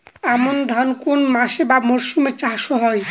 আমন ধান কোন মাসে বা মরশুমে চাষ হয়?